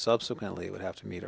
subsequently would have to meet